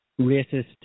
racist